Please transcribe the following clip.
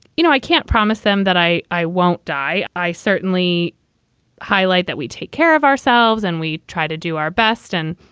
you know, i can't promise them that i i won't die. i certainly highlight that we take care of ourselves and we try to do our best and